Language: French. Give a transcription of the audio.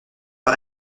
par